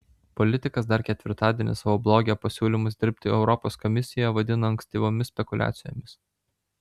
politikas dar ketvirtadienį savo bloge pasiūlymus dirbti europos komisijoje vadino ankstyvomis spekuliacijomis